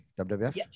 WWF